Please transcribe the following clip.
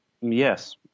Yes